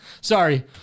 Sorry